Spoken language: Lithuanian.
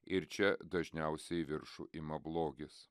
ir čia dažniausiai viršų ima blogis